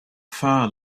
far